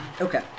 Okay